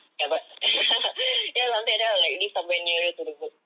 ya but ya something like that lah like live somewhere nearer to the work